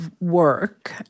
work